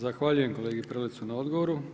Zahvaljujem kolegi Prelecu na odgovoru.